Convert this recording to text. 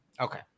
Okay